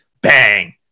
bang